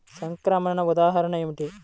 సంక్రమణ ఉదాహరణ ఏమిటి?